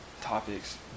topics